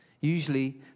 Usually